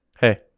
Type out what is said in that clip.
Hey